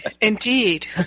Indeed